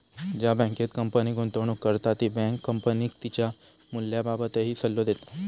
ज्या बँकेत कंपनी गुंतवणूक करता ती बँक कंपनीक तिच्या मूल्याबाबतही सल्लो देता